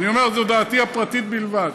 אני אומר, זו דעתי הפרטית בלבד.